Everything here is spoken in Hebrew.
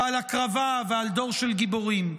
ועל הקרבה ועל דור של גיבורים.